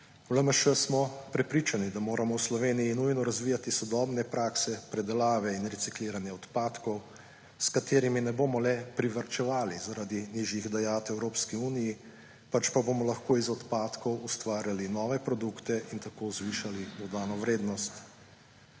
V LMŠ smo prepričani, da moramo v Sloveniji nujno razvijati sodobne prakse predelave in recikliranja odpadkov, s katerimi ne bomo le privarčevali zaradi nižjih dajatev Evropski uniji, pač pa bomo lahko iz odpadkov ustvarjali nove produkte in tako zvišali dodano vrednost.